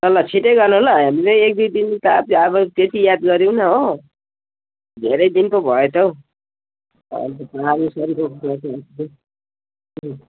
ल ल छिटै गर्नु ल हामीले एकदुई दिन त अब त्यति याद गरेनौँ हो धेरै दिन पो भयो त हौ पानीसरीको